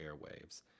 airwaves